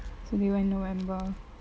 so they went november